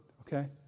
okay